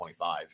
25